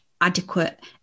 adequate